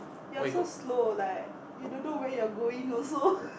you're so slow like you don't know where your going also